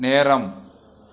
நேரம்